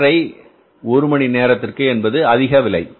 50 ஒரு மணி நேரத்திற்கு என்பது அதிக விலை